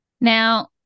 Now